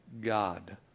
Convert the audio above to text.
God